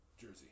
jersey